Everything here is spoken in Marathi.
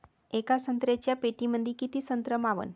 येका संत्र्याच्या पेटीमंदी किती संत्र मावन?